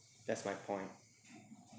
that's my point